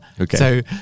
Okay